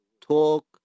Talk